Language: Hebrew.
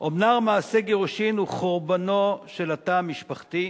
אומנם מעשה הגירושין הוא חורבנו של התא המשפחתי.